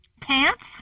Pants